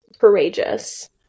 Courageous